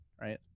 right